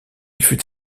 fut